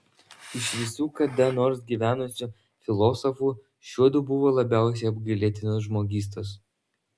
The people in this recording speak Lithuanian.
iš visų kada nors gyvenusių filosofų šiuodu buvo labiausiai apgailėtinos žmogystos